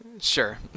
Sure